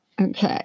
Okay